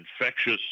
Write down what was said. infectious